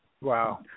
Wow